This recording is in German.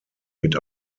mit